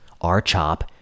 R-CHOP